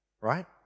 Right